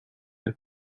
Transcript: and